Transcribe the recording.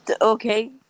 okay